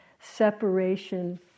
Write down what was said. separation